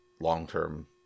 long-term